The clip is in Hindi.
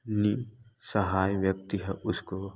निःसहाय व्यक्ति है उसको